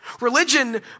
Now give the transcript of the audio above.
Religion